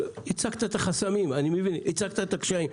הצגת את החסמים, את הקשיים.